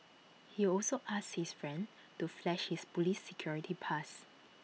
he also asked his friend to flash his Police security pass